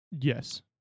Yes